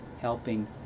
helping